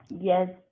Yes